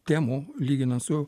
temų lyginant su